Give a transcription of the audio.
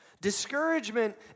Discouragement